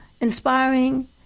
inspiring